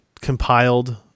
compiled